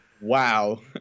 Wow